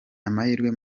amahirwe